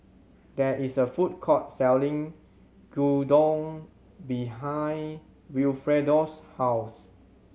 there is a food court selling Gyudon behind Wilfredo's house